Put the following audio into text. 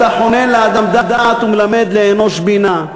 "אתה חונן לאדם דעת ומלמד לאנוש בינה".